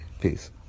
Peace